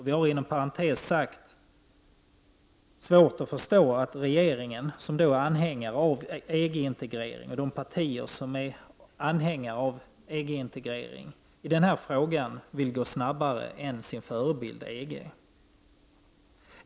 Vi har, inom parentes sagt, svårt att förstå att regeringen, som är anhängare av EG-integrering, och de partier som är anhängare av EG-integrering i denna fråga vill gå snabbare fram än sin förebild, EG.